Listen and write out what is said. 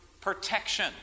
protection